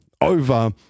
over